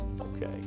Okay